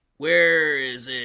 where is